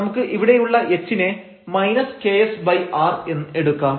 നമുക്ക് ഇവിടെയുള്ള h നെ ksr എന്ന് എടുക്കാം